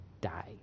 die